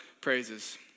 praises